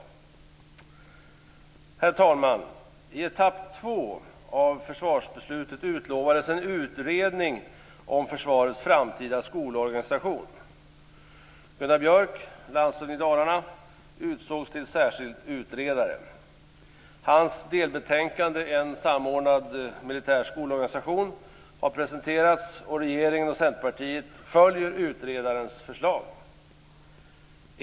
Herr talman! I etapp 2 av försvarsbeslutet utlovades en utredning om försvarets framtida skolorganisation. Gunnar Björk, landshövding i Dalarna, utsågs till särskild utredare. Hans delbetänkande En samordnad militär skolorganisation har presenterats, och regeringen och Centerpartiet följer utredarens förslag.